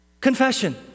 Confession